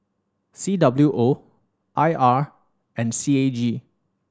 C W O I R and C A G